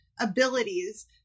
abilities